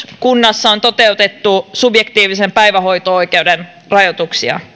kunnassa toteutettu subjektiivisen päivähoito oikeuden rajoituksia